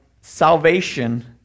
salvation